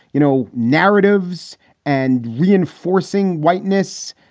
you know, narratives and reinforcing whiteness.